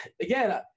again –